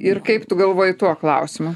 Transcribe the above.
ir kaip tu galvoji tuo klausimu